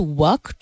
work